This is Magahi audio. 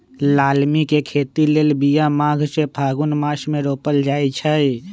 लालमि के खेती लेल बिया माघ से फ़ागुन मास मे रोपल जाइ छै